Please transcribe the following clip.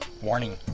Warning